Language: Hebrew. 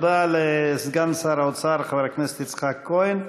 תודה לסגן שר האוצר חבר הכנסת יצחק כהן.